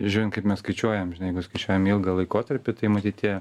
žiūrint kaip mes skaičiuojam skaičiuojam ilgą laikotarpį tai matyt tie